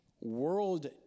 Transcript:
World